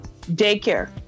daycare